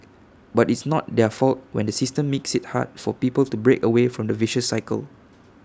but it's not their fault when the system makes IT hard for people to break away from the vicious cycle